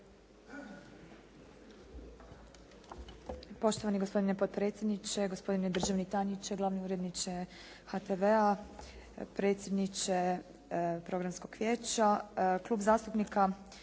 Poštovani gospodine potpredsjedniče, gospodine državni tajniče, glavni uredniče HTV-a, predsjedniče Programskog vijeća. Klub zastupnika